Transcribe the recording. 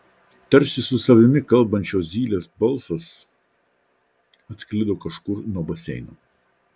tarsi su savimi kalbančio zylės balsas atsklido kažkur nuo baseino